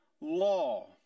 law